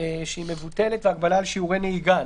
שהיא מבוטלת, והגבלה על שיעורי נהיגה.